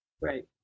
Right